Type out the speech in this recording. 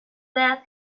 that